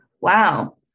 Wow